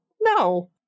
No